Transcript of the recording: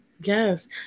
Yes